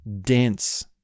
dense